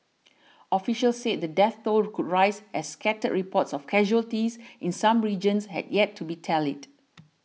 officials said the death toll could rise as scattered reports of casualties in some regions had yet to be tallied